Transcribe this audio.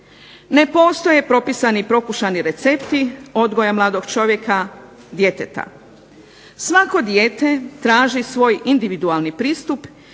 Ne postoje propisani i prokušani recepti odgoja mladog čovjeka, djeteta. Svako dijete traži svoj individualni pristup